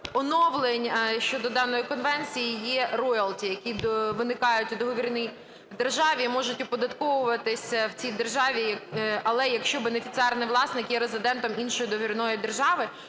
оновлень щодо даної Конвенції є роялті, які виникають у договірній державі і можуть оподатковуватись в цій державі. Але якщо бенефіціарний власник є резидентом іншої договірної держави,